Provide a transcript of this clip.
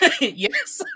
Yes